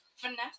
Vanessa